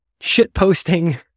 shitposting